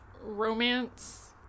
romance